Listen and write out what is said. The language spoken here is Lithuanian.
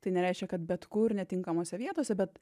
tai nereiškia kad bet kur netinkamose vietose bet